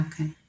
Okay